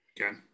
Okay